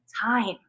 time